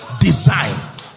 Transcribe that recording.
design